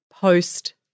post